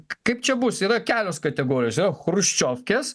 kaip čia bus yra kelios kategorijos yra chruščiovkės